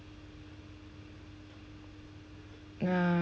mm